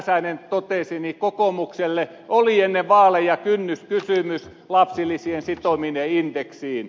räsänen totesi niin kokoomukselle oli ennen vaaleja kynnyskysymys lapsilisien sitominen indeksiin